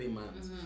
months